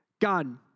God